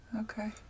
Okay